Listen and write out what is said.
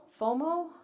FOMO